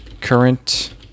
current